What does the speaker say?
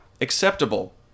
Acceptable